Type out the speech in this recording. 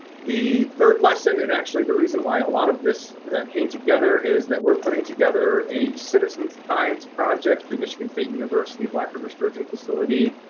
the third lesson, and actually the reason why a lot of this came together is that we're putting together a citizen science project through michigan state university black river sturgeon facility.